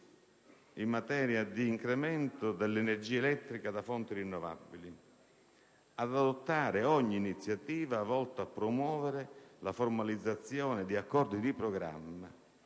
in materia di incremento dell'energia elettrica prodotta da fonti rinnovabili, ad adottare ogni iniziativa volta a promuovere la formalizzazione di accordi di programma